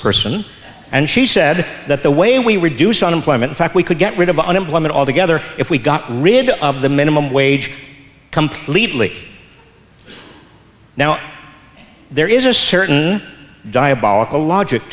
congressperson and she said that the way we reduce unemployment fact we could get rid of unemployment altogether if we got rid of the minimum wage completely now there is a certain diabolical logic